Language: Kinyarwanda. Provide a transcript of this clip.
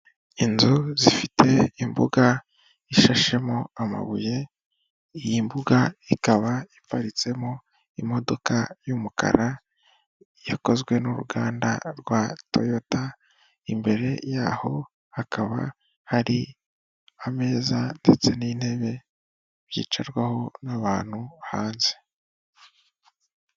Inzu zifite imbuga ishashemo amabuye iy'imbuga ikaba iparitsemo imodoka y'umukara yakozwe n'uruganda rwa toyota imbere yaho hakaba hari ameza ndetse n'intebe byicarwaho n'abantu hanze.